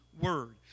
word